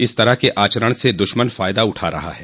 इस तरह के आचरण से दुश्मन फायदा उठा रहा है